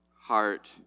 heart